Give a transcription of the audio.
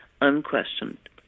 unquestioned